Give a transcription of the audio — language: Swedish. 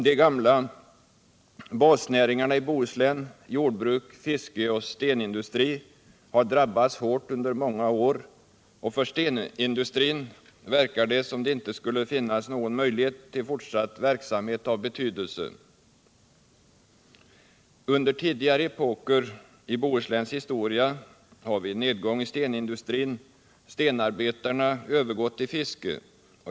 De gamla basnäringarna i Bohuslän — jordbruk, fiske och stenindustri — har drabbats hårt under många år, och för stenindustrin ser det ut som om det inte skulle finnas någon möjlighet till fortsatt verksamhet av någon betydelse. Under tidigare epoker i Bohusläns historia har stenarbetarna vid nedgång i stenindustrin övergått till fiske.